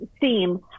theme